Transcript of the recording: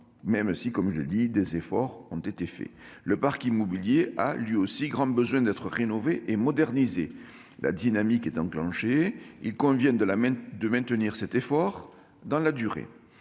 au renouvellement de la flotte de véhicules. Le parc immobilier a, lui aussi, grand besoin d'être rénové et modernisé. La dynamique est enclenchée. Il convient de maintenir cet effort dans la durée.